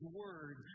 word